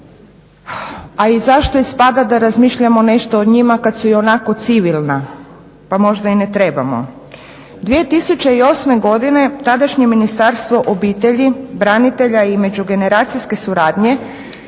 A i zašto ispada da razmišljamo nešto o njima kad su ionako civilna pa možda i ne trebamo. 2008. godine tadašnje Ministarstvo obitelji, branitelja i međugeneracijske